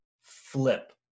flip